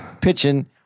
pitching